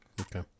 Okay